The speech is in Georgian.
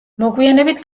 მოგვიანებით